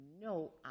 no